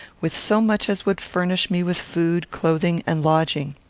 with so much as would furnish me with food, clothing, and lodging.